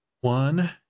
one